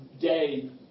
day